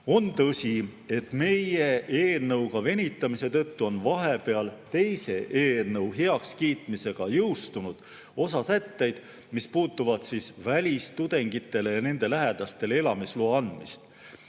On tõsi, et meie eelnõuga venitamise tõttu on vahepeal teise eelnõu heakskiitmisega jõustunud osa sätteid, mis puudutavad välistudengitele ja nende lähedastele elamisloa andmist.